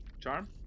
Charm